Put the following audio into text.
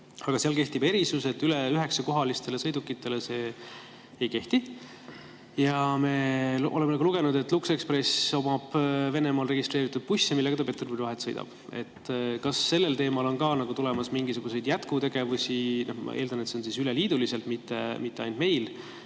Aga seal on erisus, et üle 9‑kohalistele sõidukitele see ei kehti. Ja me oleme lugenud, et Lux Express omab Venemaal registreeritud busse, millega ta Peterburi vahet sõidab. Kas sellel teemal on ka tulemas mingisuguseid jätkutegevusi? Ma eeldan, et see on üle liidu, mitte ainult meil.